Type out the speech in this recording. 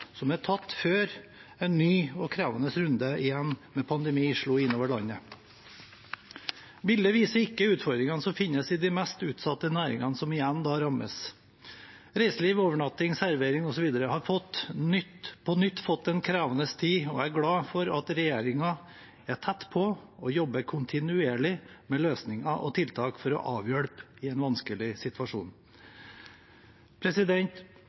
som ble tatt før en ny og krevende runde i pandemien slo innover landet. Bildet viser ikke utfordringene som finnes i de mest utsatte næringene, som igjen rammes. Reiselivs-, overnattings- og serveringsnæringen osv. har på nytt fått en krevende tid, og jeg er glad for at regjeringen er tett på og jobber kontinuerlig med løsninger og tiltak for å avhjelpe i en vanskelig situasjon.